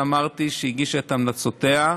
שאמרתי שהגישה את המלצותיה,